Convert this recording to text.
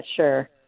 sure